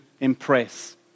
Impress